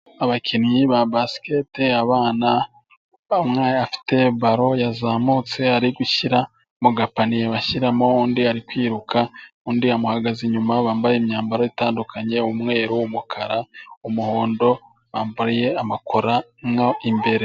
Abakinyi ba Basikete, abana umwe afite baro yazamutse, ari gushyira mu gapaniye bashyiramo, undi ari kwiruka, undi amuhagaze inyuma, bambaye imyambaro itandukanye, umweru, umukara, umuhondo bambaye amakora mo imbere.